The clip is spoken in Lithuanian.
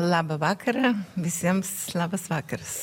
labą vakarą visiems labas vakaras